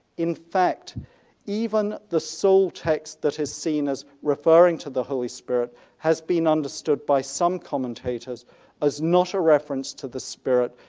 in fact even the sole text that is seen as referring to the holy spirit has been understood by some commentators as not a reference to the spirit,